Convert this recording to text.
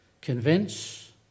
Convince